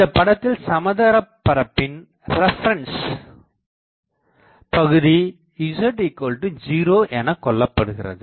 இந்தபடத்தில் சமதளபரப்பின் ரேபரன்ஸ் பகுதி z0 எனக் கொள்ளப்படுகிறது